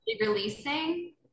releasing